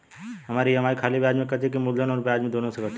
हमार ई.एम.आई खाली ब्याज में कती की मूलधन अउर ब्याज दोनों में से कटी?